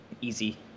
Easy